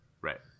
right